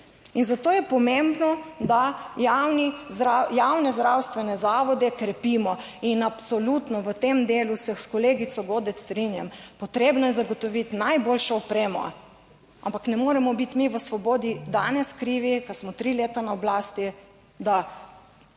zato je pomembno, da javni, javne zdravstvene zavode krepimo. In absolutno v tem delu se s kolegico Godec strinjam, potrebno je zagotoviti najboljšo opremo, Ampak ne moremo biti mi v Svobodi danes krivi, ko smo tri leta na oblasti,